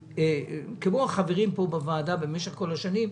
שכמו החברים פה בוועדה במשך כל השנים,